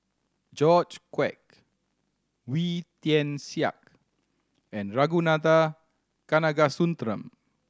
George Quek Wee Tian Siak and Ragunathar Kanagasuntheram